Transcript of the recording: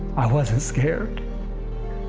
i wasn't scared